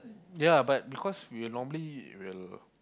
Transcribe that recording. ya but because we normally will